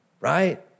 right